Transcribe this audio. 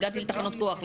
הגעתי לתחנות כוח.